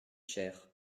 cher